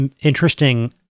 interesting